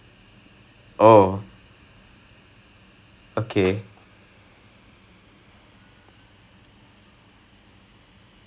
for this wing under cultural affairs இதுவரைக்கும்:ithuvaraikkum they were always part of publication it is the first year they've been transferred over to our sub-committee so